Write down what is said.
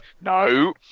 No